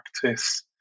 practice